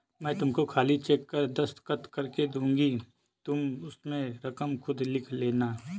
मैं तुमको खाली चेक पर दस्तखत करके दूँगी तुम उसमें रकम खुद लिख लेना